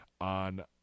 on